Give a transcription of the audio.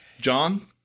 john